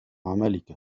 عملك